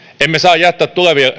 emme saa jättää